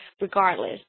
regardless